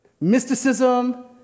mysticism